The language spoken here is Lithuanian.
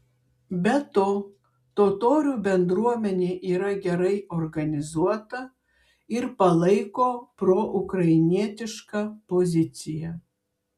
be to totorių bendruomenė yra gerai organizuota ir palaiko proukrainietišką poziciją